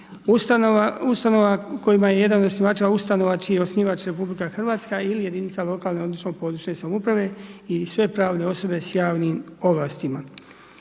Ustanova kojima je jedan od osnivača ustanova čiji je osnivač RH ili jedinica lokalne odnosno područne samouprave i sve pravne osobe s javnim ovlastima.